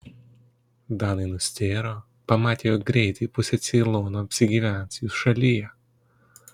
danai nustėro pamatę jog greitai pusė ceilono apsigyvens jų šalyje